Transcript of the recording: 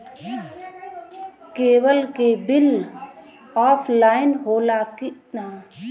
Cable के bill offline होला कि ना?